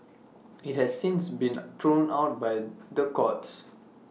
IT has since been thrown out by the courts